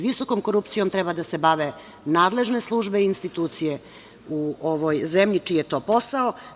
Visokom korupcijom treba da se bave nadležne službe i institucije u ovoj zemlji čiji je to posao.